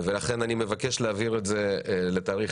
ולכן אני מבקש להעביר את זה לתאריך